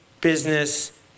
business